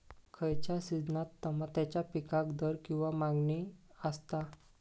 खयच्या सिजनात तमात्याच्या पीकाक दर किंवा मागणी आसता?